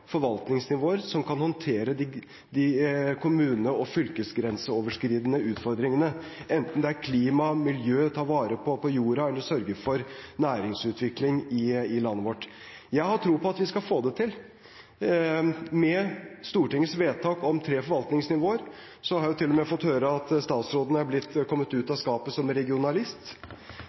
som kan håndtere de kommune- og fylkesgrenseoverskridende utfordringene, enten det gjelder klima, miljø, å ta vare på jorda eller sørge for næringsutvikling i landet vårt. Jeg har tro på at vi skal få det til. Med Stortingets vedtak om tre forvaltningsnivåer har jeg til og med fått høre at statsråden er kommet ut av skapet som regionalist!